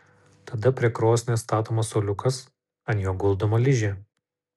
tada prie krosnies statomas suoliukas ant jo guldoma ližė